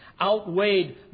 outweighed